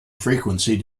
frequency